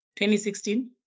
2016